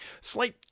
Slight